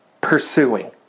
pursuing